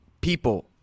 people